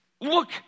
Look